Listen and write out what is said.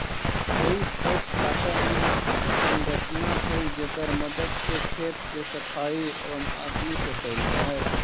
हेइ फोक काँटा निअन संरचना हई जेकर मदद से खेत के सफाई वआदमी से कैल जा हई